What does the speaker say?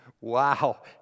Wow